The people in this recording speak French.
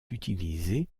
utilisé